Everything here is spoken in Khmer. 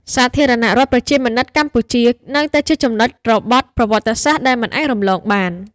សាធារណរដ្ឋប្រជាមានិតកម្ពុជា នៅតែជាចំណុចរបត់ប្រវត្តិសាស្ត្រដែលមិនអាចរំលងបាន។